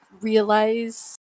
realize